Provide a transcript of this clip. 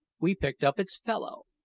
we picked up its fellow.